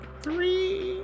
three